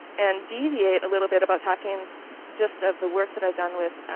and deviate a little bit about talking just of the work that i've done with